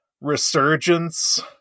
resurgence